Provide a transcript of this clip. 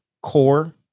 core